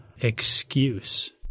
excuse